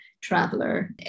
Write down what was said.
traveler